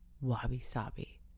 wabi-sabi